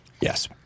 Yes